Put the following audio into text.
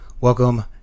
welcome